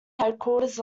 headquarters